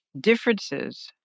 differences